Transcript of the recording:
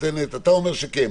אתה אומר שכן,